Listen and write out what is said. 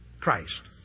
Christ